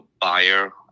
buyer